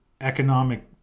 economic